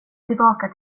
tillbaka